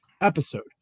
episode